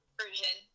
version